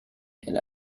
and